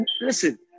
listen